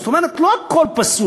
זאת אומרת, לא הכול פסול.